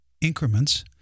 increments